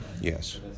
Yes